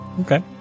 okay